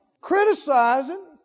criticizing